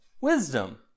wisdom